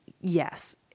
yes